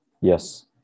Yes